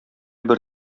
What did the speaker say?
бер